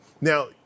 Now